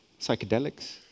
psychedelics